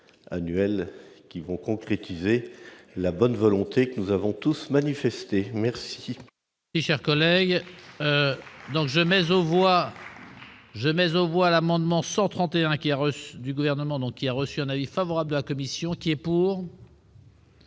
annuels qui vont concrétiser la bonne volonté que nous avons tous manifestée. Je